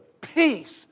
peace